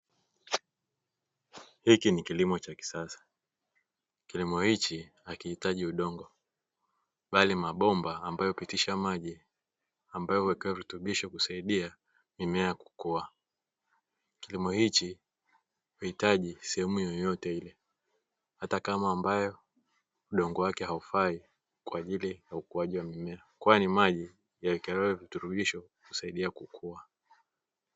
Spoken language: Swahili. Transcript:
Hiki ni kilimo cha kisasa, kilimo hiki hakihitaji udongo bali mabomba ambayo hupitisha maji ambayo huwekewa virutubisho kusaidia mimea kukua, kilimo hiki huhitaji sehemu yoyote ile, hatakama ambayo udongo wake haufai kwaajili ya ukuaji wa mimea, kwani maji huwekewa virutubisho kusaidia kukua.